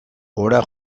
ohera